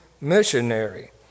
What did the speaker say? missionary